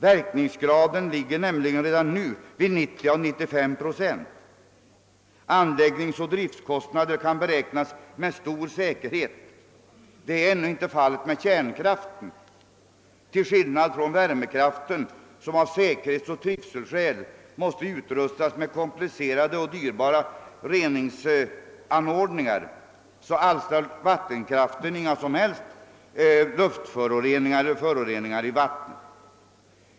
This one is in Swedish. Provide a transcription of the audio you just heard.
Verkningsgraden ligger nämligen redan nu vid 90 å 95 procent. Anläggningsoch driftkostnader kan beräknas med stor säkerhet. Detta är ännu inte fallet med kärnkraften. Till skillnad från värmekraften, som av säkerhetsoch trivselskäl måste utrustas med komplicerade och dyrbara reningsanordningar, alstrar vattenkraften inga som helst vatteneller luftföroreningar.